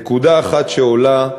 נקודה אחת שעולה,